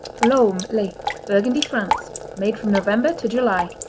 laumes, les burgundy, france made from november to july.